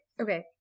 okay